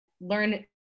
learn